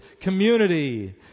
community